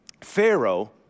pharaoh